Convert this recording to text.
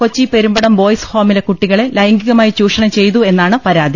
Kochi Perumbadam boys ഹോമിലെ കുട്ടികളെ ലൈംഗികമായി ചൂഷണം ചെയ്തുവെന്നാണ് പരാതി